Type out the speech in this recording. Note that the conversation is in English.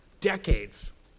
decades